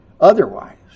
otherwise